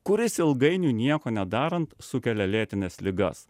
kuris ilgainiui nieko nedarant sukelia lėtines ligas